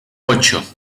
ocho